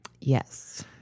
Yes